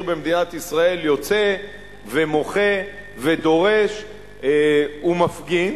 במדינת ישראל יוצא ומוחה ודורש ומפגין.